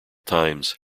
times